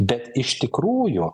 bet iš tikrųjų